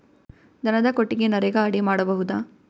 ದನದ ಕೊಟ್ಟಿಗಿ ನರೆಗಾ ಅಡಿ ಮಾಡಬಹುದಾ?